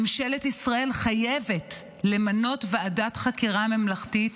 ממשלת ישראל חייבת למנות ועדת חקירה ממלכתית